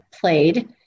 played